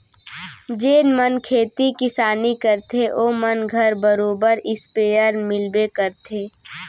जेन मन खेती किसानी करथे ओ मन घर बरोबर इस्पेयर मिलबे करथे